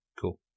Cool